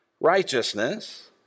righteousness